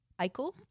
Eichel